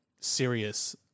serious